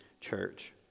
church